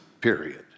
period